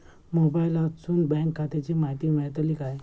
मोबाईलातसून बँक खात्याची माहिती मेळतली काय?